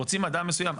רוצים אדם מסוים,